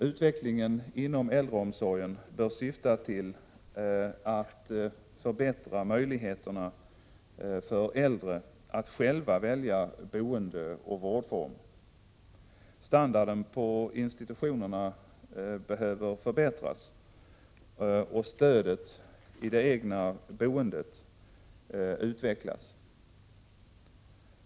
Utvecklandet av äldreomsorgen bör syfta till att förbättra möjligheterna för äldre att själva välja boende och vårdform. Standarden på institutionerna behöver förbättras och stödet i det egna boendet utvecklas.